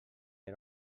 era